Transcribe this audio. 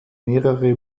mehrere